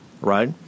right